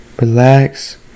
relax